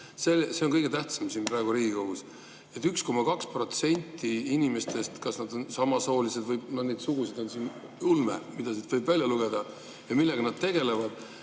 See on kõige tähtsam praegu siin Riigikogus! 1,2% inimestest, kas nad on samast soost või neid sugusid on siin … Ulme, mida siit võib välja lugeda ja millega nad tegelevad.